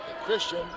Christian